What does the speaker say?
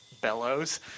bellows